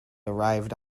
arrived